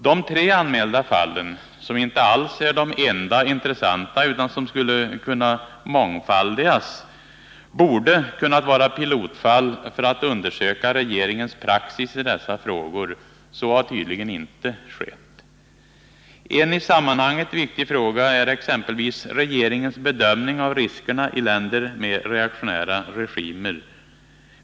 De tre anmälda fallen — som inte alls är de enda intressanta; en mångfald ytterligare exempel skulle kunna ges — borde ha kunnat vara pilotfall för undersökning av regeringens praxis i dessa frågor. Så har tydligen inte skett. En i sammanhanget viktig fråga är exempelvis regeringens bedömning av riskerna i länder med reaktionära regimer.